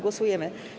Głosujemy.